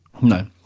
no